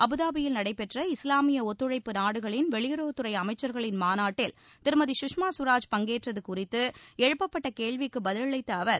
அபுதாபியில் நடைபெற்ற இஸ்லாமிய ஒத்துழைப்பு நாடுகளின் வெளியுறவுத்துறை அமைச்சர்களின் மாநாட்டில் திருமதி சுஷ்மா சுவராஜ் பஙகேற்றது குறித்து எழுப்பப்பட்ட கேள்விக்கு பதிலளித்த அவர்